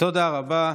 תודה רבה.